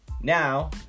now